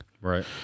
right